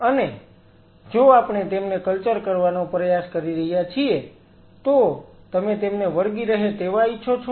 અને જો આપણે તેમને કલ્ચર આપવાનો પ્રયાસ કરી રહ્યા છીએ તો તમે તેમને વળગી રહે તેવા ઈચ્છો છો